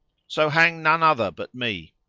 so hang none other but me.